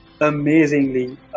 amazingly